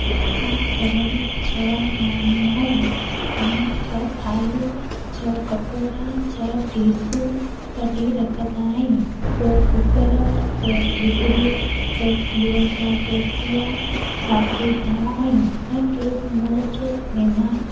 असां घर में छह माण्हूं आहियूं उन छ्ह थालियूं छह कटोरा छह डिशूं कढी रखंदा आहियूं ॿ कूकर ॿ धीकरियूं ॿ खीर जा टोपिया वापिरींदा आहियूं ऐं केॾी महिल जो महिमान